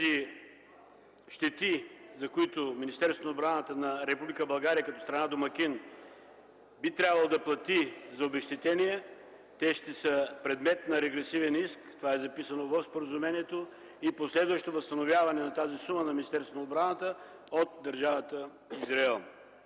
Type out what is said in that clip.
щетите, за които Министерството на отбраната на Република България като страна- домакин би трябвало да плати за обезщетения, ще са предмет на регресивен иск (това е записано в споразумението) и последващо възстановяване на тази сума на Министерството на отбраната от Държавата Израел.